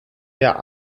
der